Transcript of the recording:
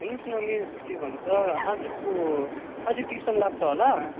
हेर्नुहोस् न मिस के भन्छ आजको आज टयुसन लाग्छ होला